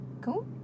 Cool